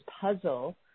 puzzle